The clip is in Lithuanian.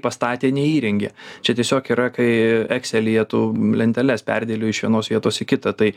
pastatė neįrengė čia tiesiog yra kai ekselyje tu lenteles perdėlioji iš vienos vietos į kitą tai